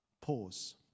Pause